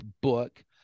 book